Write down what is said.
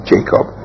Jacob